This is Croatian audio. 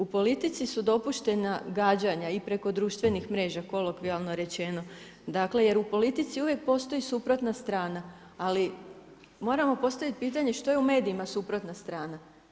U politici su dopuštena gađanja i preko društvenih mreža kolokvijalno rečeno, dakle jer u politici uvijek postoji suprotna strana ali moramo postaviti pitanje što je u medijima suprotna strana?